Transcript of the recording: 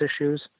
issues